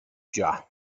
già